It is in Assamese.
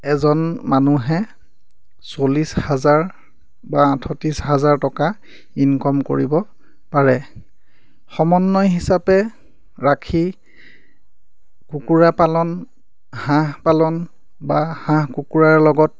এজন মানুহে চল্লিছ হাজাৰ বা আঠত্ৰিছ হাজাৰ টকা ইনকম কৰিব পাৰে সমন্বয় হিচাপে ৰাখি কুকুৰা পালন হাঁহ পালন বা হাঁহ কুকুৰাৰ লগত